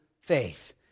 faith